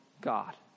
God